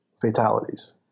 fatalities